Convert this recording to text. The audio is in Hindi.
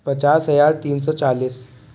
पचास हज़ार तीन सौ चालीस